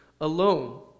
alone